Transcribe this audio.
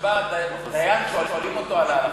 כשבא דיין, שואלים אותו על הלכות?